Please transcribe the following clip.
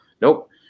Nope